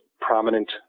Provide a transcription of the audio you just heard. prominent